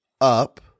up